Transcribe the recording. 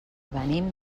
venim